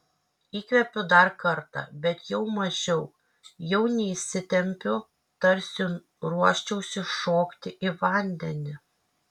įkvėpiu dar kartą bet jau mažiau jau neįsitempiu tarsi ruoščiausi šokti į vandenį